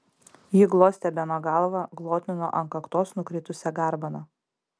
ji glostė beno galvą glotnino ant kaktos nukritusią garbaną